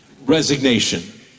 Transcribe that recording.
Resignation